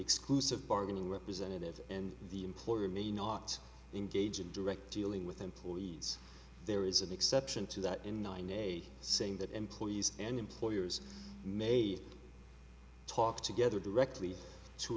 exclusive bargaining representative and the employee may not engage in direct dealing with employees there is an exception to that in nine a saying that employees and employers may talk together directly to